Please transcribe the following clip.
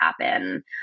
happen